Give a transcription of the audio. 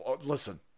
Listen